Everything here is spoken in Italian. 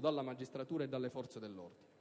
dalla magistratura e dalle forze dell'ordine.